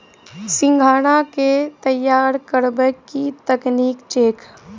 सिंघाड़ा केँ तैयार करबाक की तकनीक छैक?